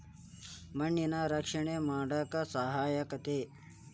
ಮಣ್ಣ ರಕ್ಷಣೆ ಮಾಡಾಕ ಸಹಾಯಕ್ಕತಿ